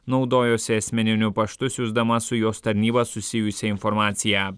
naudojosi asmeniniu paštu siųsdama su jos tarnyba susijusią informaciją